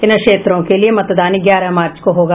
इन क्षेत्रों के लिए मतदान ग्यारह मार्च को होगा